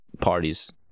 parties